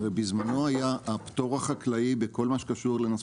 הרי בזמנו היה הפטור החקלאי בכל מה שקשור לנושא